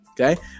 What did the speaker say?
Okay